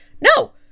No